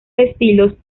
estilos